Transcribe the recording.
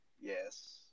Yes